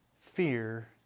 fear